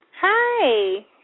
Hi